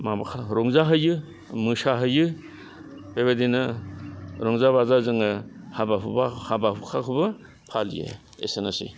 माबा रंजाहैयो मोसाहैयो बेबायदिनो रंजा बाजा जोङो हाबा हुबा हाबा हुखाखौबो फालियो एसेनोसै